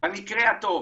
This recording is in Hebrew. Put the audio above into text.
זה במקרה הטוב.